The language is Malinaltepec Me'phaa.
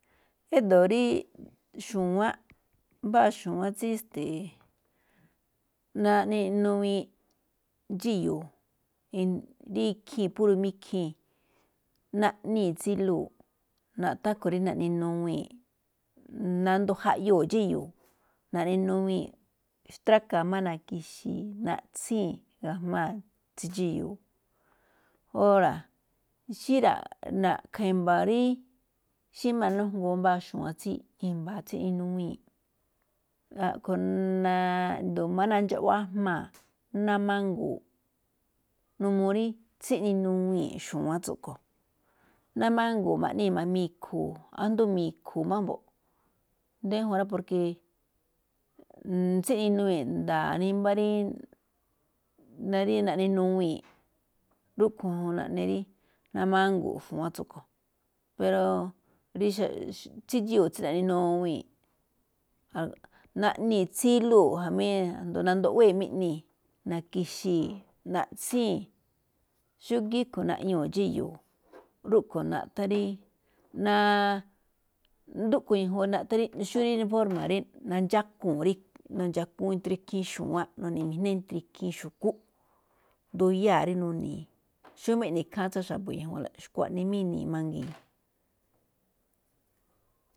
Édo̱ rí xu̱wánꞌ, mbáa xu̱wánꞌ tsí esteeꞌ, naꞌne nuwiin dxíyu̱u̱ rí púro̱ máꞌ ikhii̱n, naꞌnii̱ tsiluu̱, naꞌthán rúꞌkhue̱n rí naꞌne nuwii̱nꞌ, nandoo̱ jaꞌyoo̱ dxíyu̱u̱, naꞌne nuwii̱nꞌ, xtrakaa̱ máꞌ na̱ki̱xi̱i̱, naꞌtsíi̱n ga̱jmáa̱ tsí dxíyu̱u̱. Óra̱ xí na̱ꞌkha̱ i̱mba̱, xí ma̱nújngoo mbáa xu̱wán tsí i̱mba̱a̱ tsí tsíꞌne nuwii̱n. A̱ꞌkhue̱n máꞌ nandxaꞌjmaa̱ namangu̱u̱ꞌ, n uu rí tsíꞌne nuwii̱n xu̱wán tsúꞌkhuen, namangu̱u̱ꞌ ma̱ꞌnii̱ mi̱khu̱u̱, asndo mi̱khu̱u̱ máꞌ mbo̱ꞌ, dejuun rá porke, tsíꞌne nuwii̱n nda̱a̱ nimbá rí ná rí naꞌne nuwii̱nꞌ, rúꞌkhue̱n juun naꞌne rí namangu̱u̱ꞌ xu̱wán tsúꞌkhue̱n pero tsí dxíyo̱o̱ tsí naꞌne nuwii̱n, naꞌnii̱ tsiluu̱ jamí asndo nandoꞌwée̱ꞌ máꞌ iꞌnii̱, na̱ki̱xi̱i̱, naꞌtsíi̱n xúgíí rúꞌkhue̱n naꞌñuu̱ dxíyo̱o̱. Rúꞌkhue̱n naꞌthán rí rúꞌkhue̱n naꞌthán xí rí forma̱, nandxákuu̱n, nu̱ndxakuun entre ikhiin xu̱wán, nune̱ nuꞌmijnée̱ entre ikhiin xu̱kú, nduyáa̱ rí nuni̱i̱. Xómá eꞌne ikháánlóꞌ tsaan xa̱bo̱ ñajuanlóꞌ, xkuaꞌnii máꞌ ini̱i̱ mangii̱n.